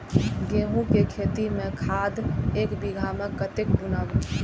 गेंहू के खेती में खाद ऐक बीघा में कते बुनब?